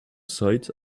sight